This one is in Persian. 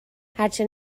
هرچی